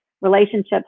relationships